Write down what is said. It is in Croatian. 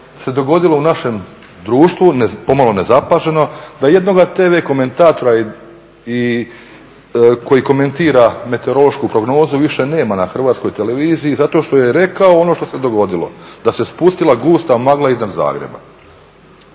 se dogodilo u našem društvu pomalo nezapaženo, da jednoga tv komentatora koji komentira meteorološku prognozu više nema na Hrvatskoj televiziji zato što je rekao ono što se dogodilo, da se spustila gusta magla iznad Zagreba